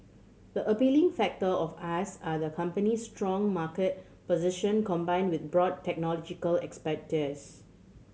the appealing factor of us are the company's strong market position combined with broad technological expertise